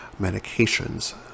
Medications